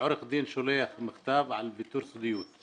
מכבי שירותי בריאות.